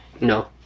no